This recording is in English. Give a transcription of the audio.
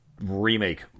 remake